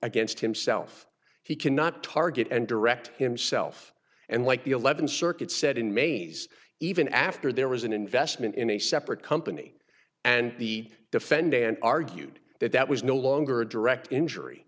against himself he cannot target and direct himself and like the eleventh circuit said in mays even after there was an investment in a separate company and the defendant and argued that that was no longer a direct injury